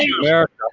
America